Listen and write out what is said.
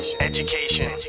education